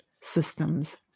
systems